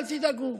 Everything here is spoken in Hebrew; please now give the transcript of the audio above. אל תדאגו.